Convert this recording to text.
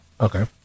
Okay